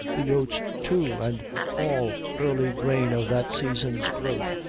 the oats, too, and all early grain of that season's growth,